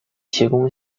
提供